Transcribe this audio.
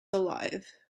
alive